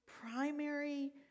primary